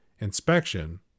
inspection